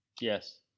Yes